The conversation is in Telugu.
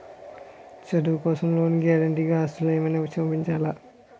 చదువు కోసం లోన్ కి గారంటే గా ఆస్తులు ఏమైనా చూపించాలా?